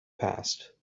passed